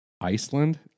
Iceland